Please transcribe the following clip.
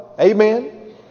Amen